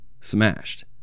smashed